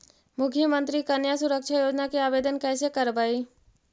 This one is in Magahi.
मुख्यमंत्री कन्या सुरक्षा योजना के आवेदन कैसे करबइ?